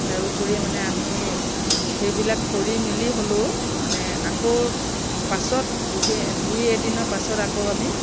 তাৰোপৰি মানে আমি সেইবিলাক কৰি মেলি হ'লেও মানে আকৌ পাছত দুদি দুই এদিনৰ পাছত আমি